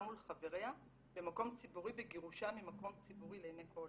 מול חבריה במקום ציבורי וגירושה ממקום ציבורי לעיני כל,